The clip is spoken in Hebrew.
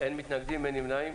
אין מתנגדים, אין נמנעים.